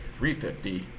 350